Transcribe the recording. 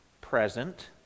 present